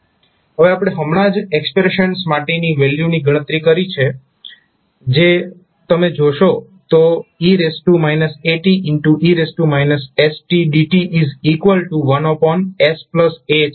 હવે આપણે હમણાં જ એક્સપ્રેશન્સ માટેની વેલ્યુની ગણતરી કરી છે જે જો તમે જોશો તો e ate stdt1sa છે